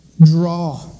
draw